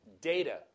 data